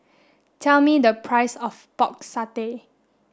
tell me the price of pork satay